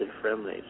friendly